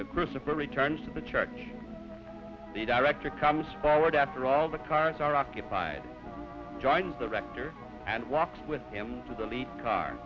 meet the director comes forward after all the cars are occupied joins the rector and walks with him to the lead car